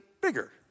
bigger